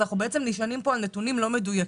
ובעצם אנחנו נשענים פה על נתונים לא מדויקים,